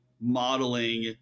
modeling